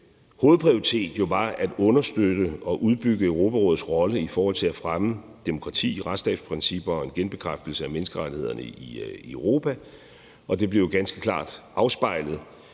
hovedprioritet jo var at understøtte og udbygge Europarådets rolle i forhold til at fremme demokrati, retsstatsprincipper og en genbekræftelse af menneskerettighederne i Europa, og det blev ganske klart afspejlet